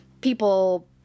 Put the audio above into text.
people